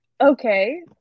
Okay